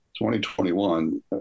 2021